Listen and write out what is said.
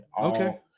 Okay